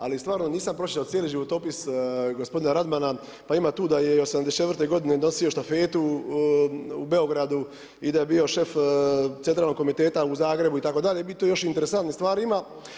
Ali stvarno nisam pročitao cijeli životopis gospodina Radmana, pa ima tu da je i '84. godine nosio štafetu u Beogradu i da je bio šef centralnog komiteta u Zagrebu itd. i tu još interesantnih stvari ima.